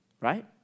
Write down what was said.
right